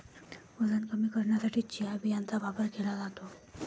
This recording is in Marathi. वजन कमी करण्यासाठी चिया बियांचा वापर केला जातो